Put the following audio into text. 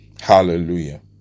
Hallelujah